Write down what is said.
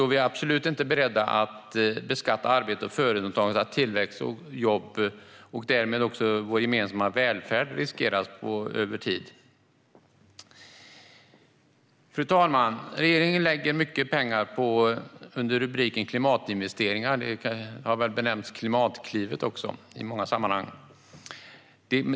Vi är absolut inte beredda att beskatta arbete och företagande så att tillväxt och jobb, och därmed vår gemensamma välfärd, riskeras. Fru talman! Regeringen lägger mycket pengar på anslag till klimatinvesteringar - detta har i många sammanhang benämnts Klimatklivet.